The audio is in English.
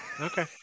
okay